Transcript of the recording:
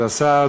כבוד השר,